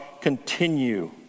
continue